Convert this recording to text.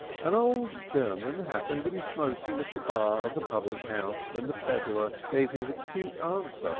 an old german happened to be smoking at the bar of the public house when the peddler gave his acute answer